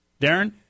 Darren